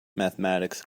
mathematics